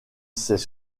ses